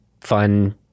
fun